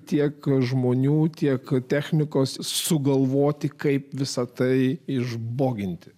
tiek žmonių tiek technikos sugalvoti kaip visa tai išboginti